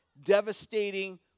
devastating